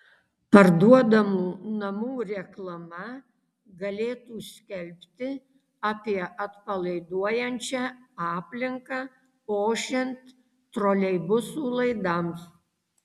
parduodamų namų reklama galėtų skelbti apie atpalaiduojančią aplinką ošiant troleibusų laidams